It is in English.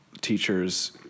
teachers